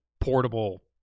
portable